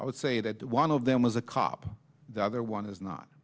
i would say that one of them was a cop the other one is not